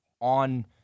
on